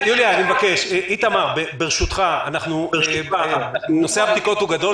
איתמר, ברשותך, נושא הבדיקות הוא גדול.